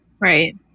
Right